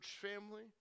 family